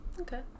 Okay